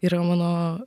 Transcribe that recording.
yra mano